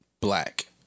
black